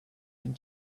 and